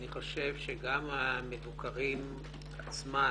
אני חושב שגם המבוקרים עצמם